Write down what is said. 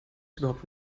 überhaupt